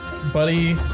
Buddy